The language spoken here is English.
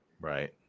Right